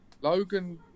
Logan